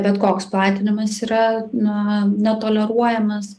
bet koks platinimas yra na netoleruojamas